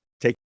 Take